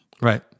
Right